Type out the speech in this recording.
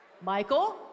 Michael